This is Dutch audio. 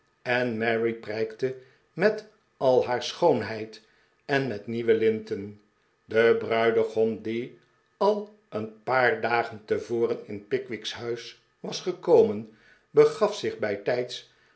en mary prijkte met al haar schoonheid en met nieuwe linten de bruidegom die al een paar dagen tevoren in pickwick's huis was gekomen begaf zich'bijtijds